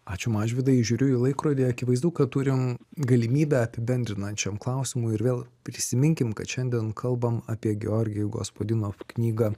ačiū mažvydai žiūriu į laikrodį akivaizdu kad turim galimybę apibendrinančiam klausimui ir vėl prisiminkim kad šiandien kalbam apie georgi gospadinov knygą